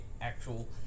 actual